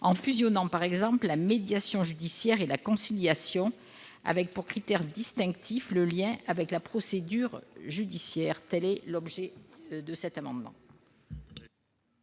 en fusionnant, par exemple, la médiation judiciaire et la conciliation, avec pour critère distinctif le lien avec la procédure judiciaire. L'amendement